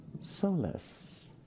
solace